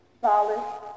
solid